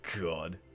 god